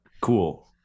cool